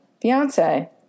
fiance